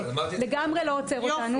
לגמרי לא עוצר אותנו.